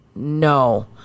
No